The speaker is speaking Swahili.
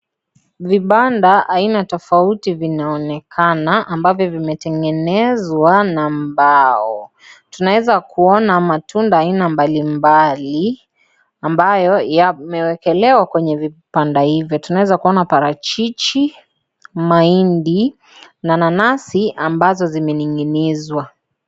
Vibanda aina tofauti vinaonekana ambavyo vimetengenezwa na mbao. Tunaweza kuona matunda aina mbalimbali ambayo yamewekelewa kwenye vibanda hivyo. Tunaweza kuona parachichi, mahindi, na nanasi ambazo zimening'inizwa.